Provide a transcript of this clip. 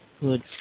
good